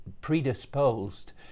predisposed